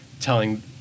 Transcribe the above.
telling